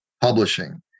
publishing